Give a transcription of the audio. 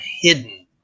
hidden